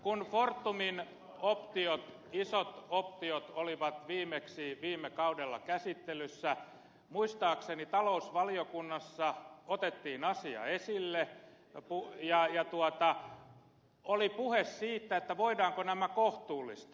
kun fortumin optiot isot optiot olivat viimeksi viime kaudella käsittelyssä muistaakseni talousvaliokunnassa otettiin asia esille ja oli puhe siitä voidaanko nämä kohtuullistaa